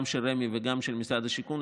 גם של רמ"י וגם של משרד השיכון,